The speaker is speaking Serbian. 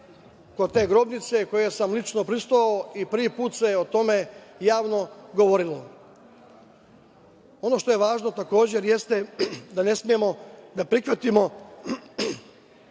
kod te grobnice, kojem sam lično prisustvovao, i prvi put se o tome javno govorilo. Ono što je važno takođe jeste da ne smemo da prihvatimo